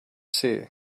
see